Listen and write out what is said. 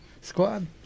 Squad